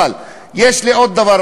אבל יש לי עוד דבר.